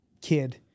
kid